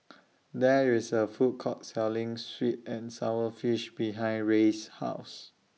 There IS A Food Court Selling Sweet and Sour Fish behind Rey's House